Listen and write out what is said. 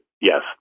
yes